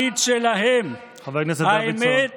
באת